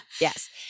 yes